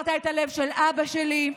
שברת את הלב של אבא שלי,